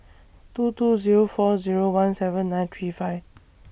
two two Zero four Zero one seven nine three five